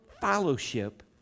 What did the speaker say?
fellowship